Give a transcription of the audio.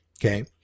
Okay